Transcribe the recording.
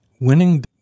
Winning